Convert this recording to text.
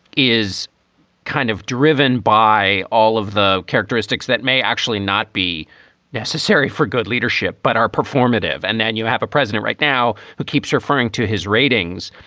is kind of driven by all of the characteristics that may actually not be necessary for good leadership, but our performative and then you have a president right now who keeps referring to his ratings.